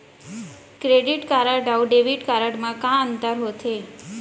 Credit card अऊ debit card मा का अंतर होथे?